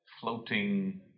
floating